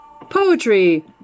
Poetry